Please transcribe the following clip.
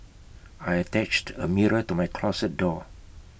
I attached A mirror to my closet door